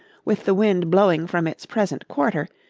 with the wind blowing from its present quarter,